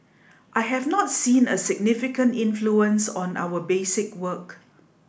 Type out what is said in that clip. I have not seen a significant influence on our basic work